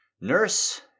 nurse